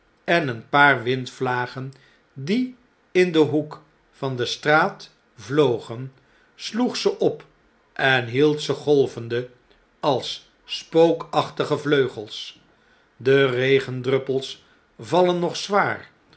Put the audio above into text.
en een paar windvlagen die in den hoek van de straat vlogen sloeg ze op en hield ze golvende als spookachtige vleugels de regendruppels vallen nog zwaar